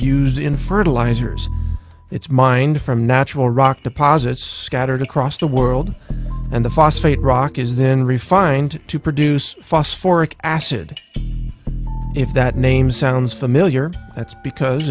used in fertilizers it's mind from natural rock deposits scattered across the world and the phosphate rock is then refined to produce phosphor acid if that name sounds familiar it's because